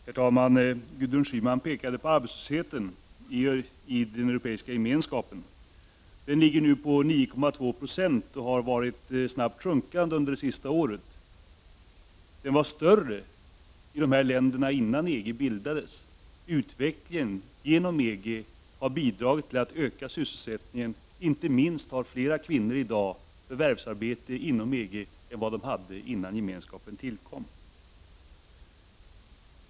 Herr talman! Gudrun Schyman pekade på arbetslösheten i den europeiska gemenskapen. Den ligger nu på 9,2 26 och har varit snabbt sjunkande under det senaste året. Den var större i EG-länderna innan EG bildades. Utvecklingen genom EG har bidragit till att öka sysselsättningen. Inte minst har flera kvinnor i dag förvärvsarbete inom EG än vad de hade innan Gemenskapen tillkom.